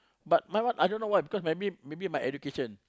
but my one I don't know why maybe maybe my education